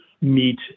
meet